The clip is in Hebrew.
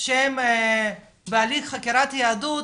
שהם בהליך חקירת יהדות